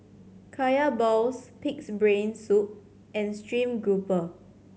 Kaya balls Pig's Brain Soup and stream grouper